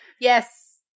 yes